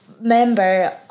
member